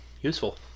Useful